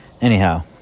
anyhow